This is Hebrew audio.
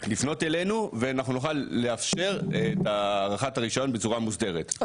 לפנות אלינו ואנחנו נוכל לאפשר את הארכת הרישיון בצורה מוסדרת,